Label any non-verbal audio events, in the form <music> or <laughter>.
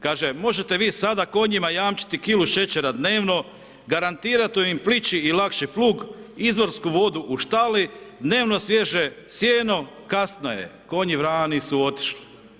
Kaže, možete vi sada konjima jamčiti kilu šećera dnevno, garantirati o ... <unintelligible> i lakši plug, izvorsku vodu u štali, dnevno svježe sijeno, kasno je, konji vrani su otišli.